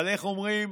אבל איך אומרים